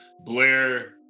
Blair